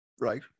right